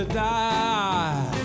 die